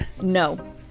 No